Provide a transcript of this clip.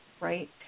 Right